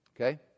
Okay